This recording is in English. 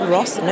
Ross